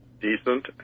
decent